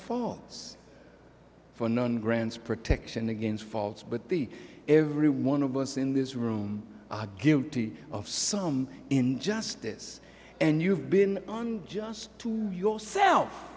faults for none grants protection against faults but the every one of us in this room are guilty of some injustice and you have been on just to yourself